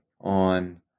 on